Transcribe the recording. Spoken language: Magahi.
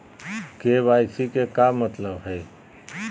के.वाई.सी के का मतलब हई?